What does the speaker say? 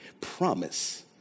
promise